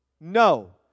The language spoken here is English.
No